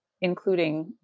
including